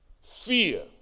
fear